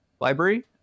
library